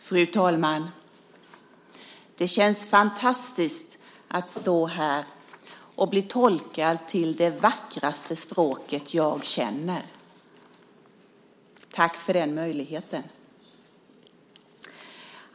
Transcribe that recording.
Fru talman! Det känns fantastiskt att stå här och bli tolkad till det vackraste språket jag känner. Tack för den möjligheten.